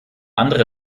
andere